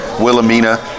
wilhelmina